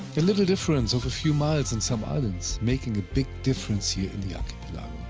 a little difference of a few miles and some islands, making a big difference here in the archipelago.